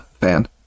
fan